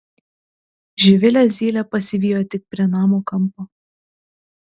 živilę zylė pasivijo tik prie namo kampo